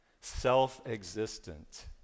self-existent